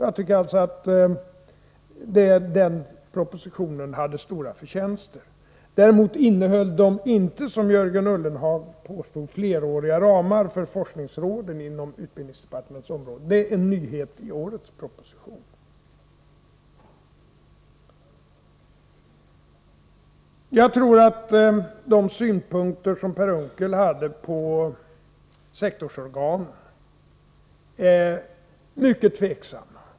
Jag tycker alltså att den propositionen hade stora förtjänster. Däremot angavs då inte, som Jörgen Ullenhag påstod, några fleråriga ramar för forskningsråden inom utbildningsdepartementets område. Det är en nyhet i årets proposition. Jag tror att de synpunkter som Per Unckel anlade på sektorsorganen är mycket tveksamma.